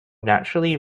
naturally